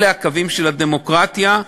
אלה הקווים של הדמוקרטיה,